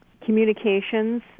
communications